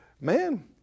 man